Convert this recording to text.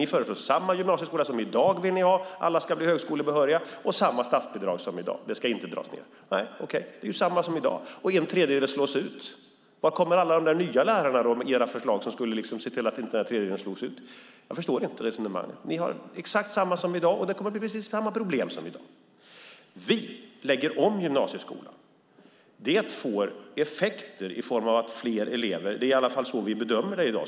Ni föreslår samma gymnasieskola som i dag - alla ska bli högskolebehöriga - och samma statsbidrag som i dag. Det ska inte dras ned. Okej - det är samma som i dag, och en tredjedel slås ut. Varifrån kommer alla de nya lärare med era förslag som skulle se till att inte en tredjedel slås ut? Jag förstår inte resonemanget. Ni har exakt samma som i dag, och det kommer att bli precis samma problem som i dag. Vi lägger om gymnasieskolan. Det får effekter. Det är i alla fall så vi bedömer det i dag.